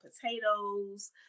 potatoes